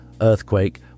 earthquake